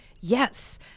Yes